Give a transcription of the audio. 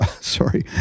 sorry